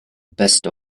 best